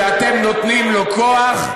שאתם נותנים לו כוח,